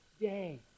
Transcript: day